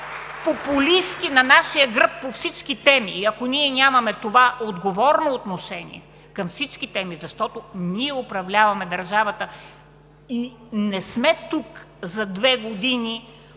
популистки на нашия гръб по всички теми. Ако нямаме това отговорно отношение към всички теми, защото ние управляваме държавата и не сме тук за две години